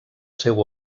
seu